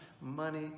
money